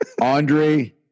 Andre